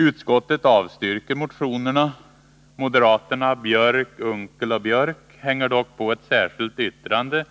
Utskottet avstyrker motionerna. Moderaterna Björck, Unckel och Biörck hänger dock på ett särskilt yttrande,